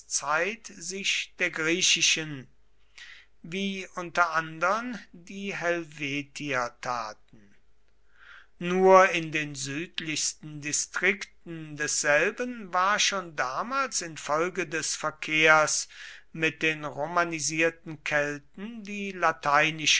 zeit sich der griechischen wie unter andern die helvetier taten nur in den südlichsten distrikten desselben war schon damals infolge des verkehrs mit den romanisierten kelten die lateinische